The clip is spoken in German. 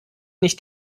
nicht